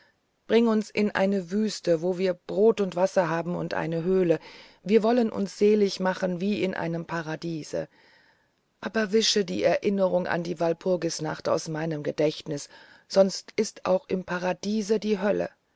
bringe uns in eine wüste wo wir brot und wasser haben und eine höhle wir wollen uns selig machen wie in einem paradiese aber wische die erinnerung an die walpurgisnacht aus meinem gedächtnis sonst ist auch im paradiese die hölle